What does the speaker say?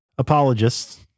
Apologists